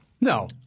No